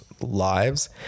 lives